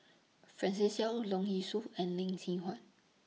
Francis Seow Leong Yee Soo and Lee Seng Huat